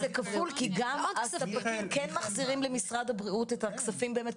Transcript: אבל זה כפול כי גם הספקים כן מחזירים למשרד הבריאות את הכספים באמת,